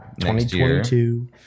2022